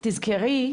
תזכרי,